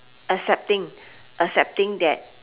accepting accepting that